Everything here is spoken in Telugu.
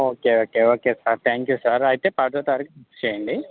okay okay okay sir thank you sir అయితే పదవ తారీకు బుక్ చేయండి